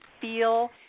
feel